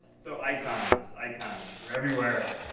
so, icons. icons. they're everywhere.